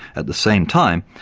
at the same time,